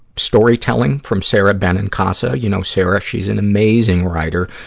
storytelling from sara benincasa. you know sara she's an amazing writer.